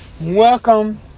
Welcome